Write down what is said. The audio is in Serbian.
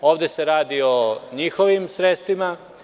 Ovde se radi o njihovim sredstvima.